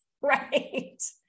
right